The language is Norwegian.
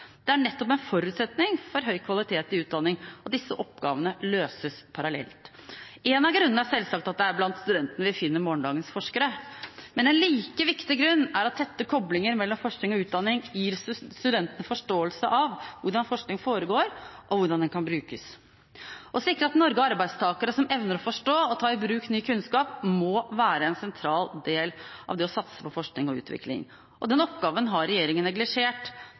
Det er nettopp en forutsetning for høy kvalitet i utdanning at disse oppgavene løses parallelt. En av grunnene er selvsagt at det er blant studentene vi finner morgendagens forskere, men en like viktig grunn er at tette koblinger mellom forskning og utdanning gir studentene forståelse av hvordan forskning foregår, og hvordan den kan brukes. Å sikre at Norge har arbeidstakere som evner å forstå og ta i bruk ny kunnskap, må være en sentral del av det å satse på forskning og utvikling. Den oppgaven har regjeringen neglisjert.